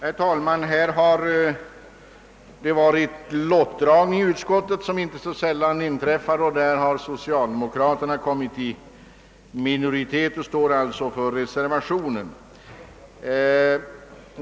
Herr talman! Vid den lottdragning inom utskottet, som företagits och som inte så sällan inträffar, har socialdemokraterna denna gång kommit i minoritet och står alltså för reservationen.